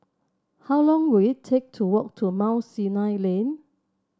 how long will it take to walk to Mount Sinai Lane